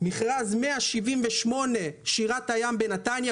מכרז 178 בשירת הים בנתניה.